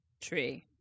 tree